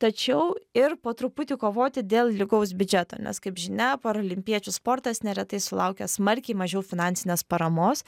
tačiau ir po truputį kovoti dėl lygaus biudžeto nes kaip žinia paralimpiečių sportas neretai sulaukia smarkiai mažiau finansinės paramos